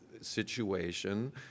situation